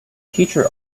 teacher